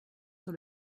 sur